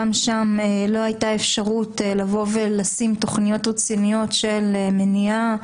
שם לא הייתה אפשרות לבוא ולשים תוכניות רציניות של מניעה,